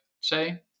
say